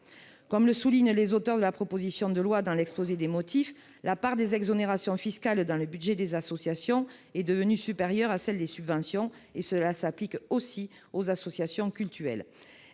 Comme le soulignent les auteurs de la proposition de loi dans l'exposé des motifs, la part des exonérations fiscales dans le budget des associations est devenue supérieure à celle des subventions. Cela s'applique aussi aux associations cultuelles.